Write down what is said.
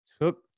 took